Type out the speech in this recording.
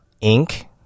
ink